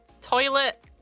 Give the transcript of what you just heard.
Toilet